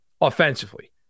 offensively